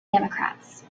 democrats